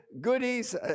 goodies